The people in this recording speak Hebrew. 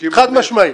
חד משמעית.